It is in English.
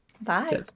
Bye